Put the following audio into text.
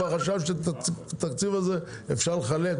חשב שאת התקציב הזה אפשר לחלק.